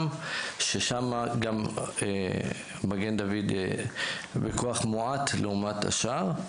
ששם מגן דוד בכוח מועט לעומת השאר.